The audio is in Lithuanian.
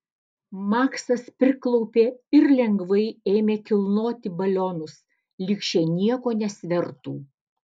maksas priklaupė ir lengvai ėmė kilnoti balionus lyg šie nieko nesvertų